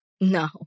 No